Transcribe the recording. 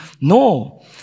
No